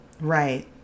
Right